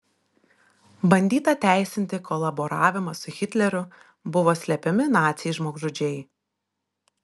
bandyta teisinti kolaboravimą su hitleriu buvo slepiami naciai žmogžudžiai